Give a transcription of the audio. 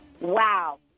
Wow